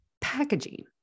packaging